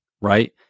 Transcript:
Right